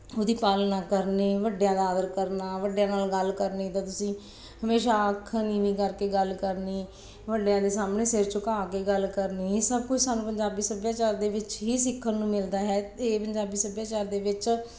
ਉਹਦੀ ਪਾਲਣਾ ਕਰਨੀ ਵੱਡਿਆਂ ਦਾ ਆਦਰ ਕਰਨਾ ਵੱਡਿਆਂ ਨਾਲ ਗੱਲ ਕਰਨੀ ਤਾਂ ਤੁਸੀਂ ਹਮੇਸ਼ਾ ਅੱਖ ਨੀਵੀਂ ਕਰਕੇ ਗੱਲ ਕਰਨੀ ਵੱਡਿਆਂ ਦੇ ਸਾਹਮਣੇ ਸਿਰ ਝੁਕਾਅ ਕੇ ਗੱਲ ਕਰਨੀ ਇਹ ਸਭ ਕੁਝ ਸਾਨੂੰ ਪੰਜਾਬੀ ਸੱਭਿਆਚਾਰ ਦੇ ਵਿੱਚ ਹੀ ਸਿੱਖਣ ਨੂੰ ਮਿਲਦਾ ਹੈ ਇਹ ਪੰਜਾਬੀ ਸੱਭਿਆਚਾਰ ਦੇ ਵਿੱਚ